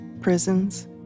prisons